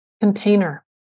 container